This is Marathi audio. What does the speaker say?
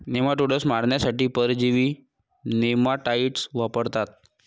नेमाटोड्स मारण्यासाठी परजीवी नेमाटाइड्स वापरतात